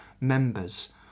members